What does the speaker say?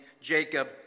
Jacob